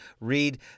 read